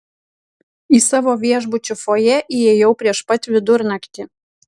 į savo viešbučio fojė įėjau prieš pat vidurnaktį